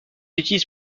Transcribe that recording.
utilise